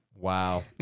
Wow